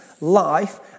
life